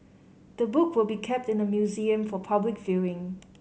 the book will be kept in the museum for public viewing